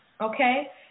okay